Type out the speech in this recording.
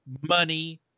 money